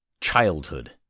childhood